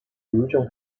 ludziom